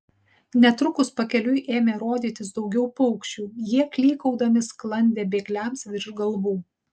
netrukus pakeliui ėmė rodytis daugiau paukščių jie klykaudami sklandė bėgliams virš galvų